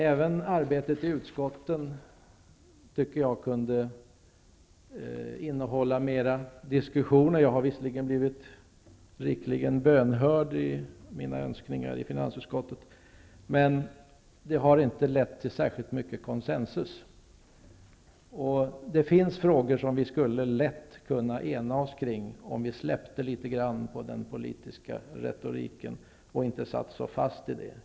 Även arbetet i utskotten skulle kunna innehålla mer diskussioner. Jag har visserligen i mina önskningar blivit rikligen bönhörd i finansutskottet. Men det har inte lett till särskilt mycket konsensus. Det finns frågor som vi lätt skulle kunna ena oss kring om vi släppte litet grand på den politiska retoriken och inte satt så fast i den.